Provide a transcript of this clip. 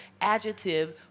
adjective